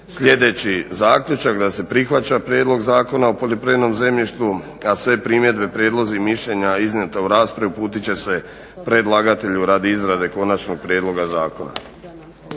sljedeći zaključak, da se prihvaća prijedlog Zakona o poljoprivrednom zemljištu, a sve primjedbe, prijedlozi i mišljenja iznijeti u raspravi uputit će se predlagatelju radi izrade Konačnog prijedloga zakona.